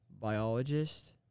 biologist